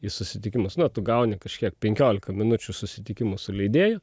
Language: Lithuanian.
į susitikimus nu tu gauni kažkiek penkiolika minučių susitikimų su leidėju